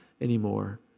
anymore